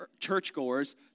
churchgoers